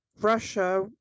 russia